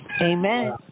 Amen